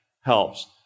helps